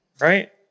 right